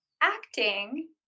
acting